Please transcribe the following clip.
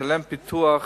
שיש לשלם דמי פיתוח